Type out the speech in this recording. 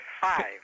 Five